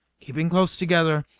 keeping close together,